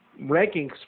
rankings